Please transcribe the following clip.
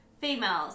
females